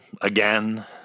again